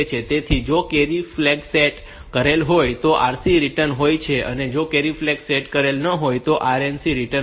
તેથી જો carry flag set કરેલ હોય તો RC રિટર્ન હોય છે અને જો કેરી ફ્લેગ સેટ કરેલ ન હોય તો RNC રિટર્ન હોય છે